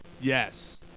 Yes